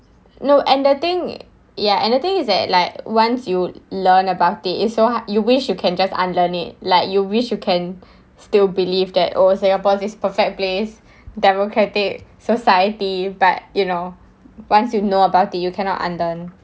no and the thing ya and the thing is that like once you learn about it it's so hard how you wish you can just unlearn it like you wish you can still believe that oh singapore is perfect place democratic society but you know once you know about it you cannot unlearn